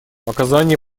оказание